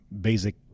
basic